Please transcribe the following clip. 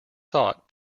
sought